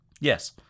Yes